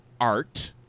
art